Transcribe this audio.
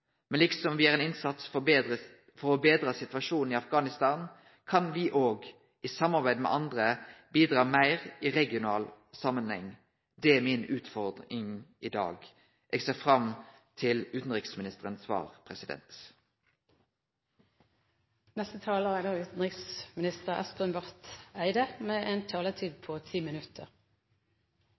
gjer ein innsats for å betre situasjonen i Afghanistan, kan me òg – i samarbeid med andre – bidra meir i regional samanheng. Det er mi utfordring i dag. Eg ser fram til utanriksministerens svar. Utviklingen i Sør-Asia er